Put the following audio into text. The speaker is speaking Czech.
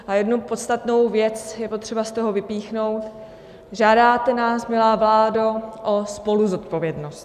A jednu podstatnou věc je potřeba z toho vypíchnout: žádáte nás, milá vládo, o spoluzodpovědnost.